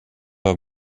have